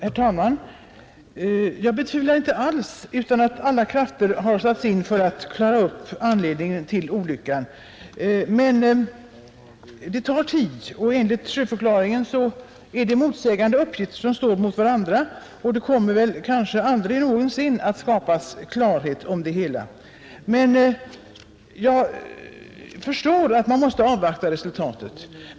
Herr talman! Jag betvivlar inte alls att alla krafter har satts in för att klara upp anledningen till olyckan. Men det tar tid. Enligt sjöförklaringen står uppgifter mot varandra, och det kommer väl kanske aldrig någonsin att skapas klarhet om det hela. Jag förstår att man måste avvakta resultatet.